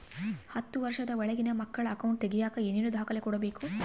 ಹತ್ತುವಷ೯ದ ಒಳಗಿನ ಮಕ್ಕಳ ಅಕೌಂಟ್ ತಗಿಯಾಕ ಏನೇನು ದಾಖಲೆ ಕೊಡಬೇಕು?